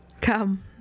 Come